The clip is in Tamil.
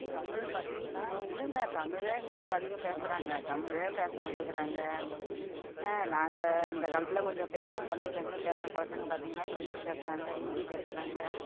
தமிழ் பார்த்திங்னா எங்கங்க தமிழே எங்கே இப்போ அதிகம் பேசுகிறாங்க தமிழே பேச மாட்டேக்கிறாங்க நாங்கள் அந்த காலத்தில் கொஞ்சம் பேசுகிற தமிழ் பேசுகிற பேசுகிற பசங்கள் பார்த்திங்கன்னா இங்கிலீஷ் பேசுகிறாங்க ஹிந்தி பேசுகிறாங்க